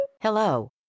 Hello